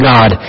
God